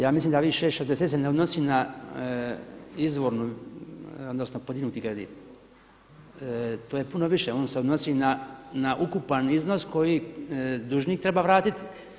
Ja mislim da ovih 6,60 se ne odnosi na izvornu, odnosno podignuti kredit, to je puno više, ono se odnosi na ukupan iznos koji dužnik treba vratiti.